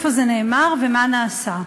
איפה זה נאמר ומה נעשה.